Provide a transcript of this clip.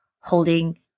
holding